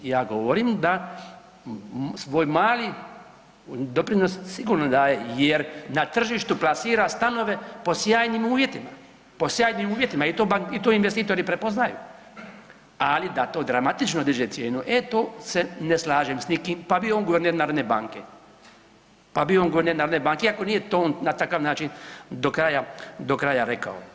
Ja govorim da svoj mali doprinos sigurno daje jer na tržištu plasira stanove po sjajnim uvjetima, po sjajnim uvjetima i to investitori prepoznaju, ali da to dramatično diže cijenu, e to se ne slažem s nikim, pa bio on guverner narodne banke, pa bio on guverner narodne banke iako nije to on na takav do kraja, do kraja rekao.